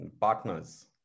partners